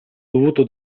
dovuto